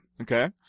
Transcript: Okay